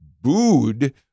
booed